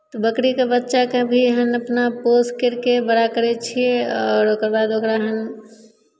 तऽ बकरीके बच्चाकेँ भी हम अपना पोस कर कऽ बड़ा करै छियै आओर ओकर बाद ओकरा हम